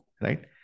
right